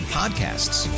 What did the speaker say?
podcasts